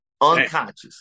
unconscious